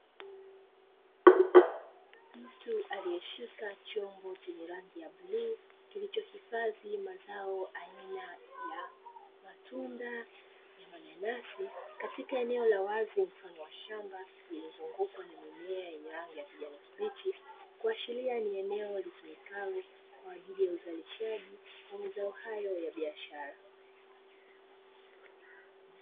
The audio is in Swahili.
Mtu aliyeshika chombo chenye rangi ya bluu kilichohifadhi mazao aina ya matunda ya mananasi, katika eneo la wazi mfano wa shamba, lililozungukwa na mimea yenye rangi ya kijani kibichi, kuashiria ni eneo litumikalo kwa ajili ya uzalishaji, wa mazao hayo ya biashara.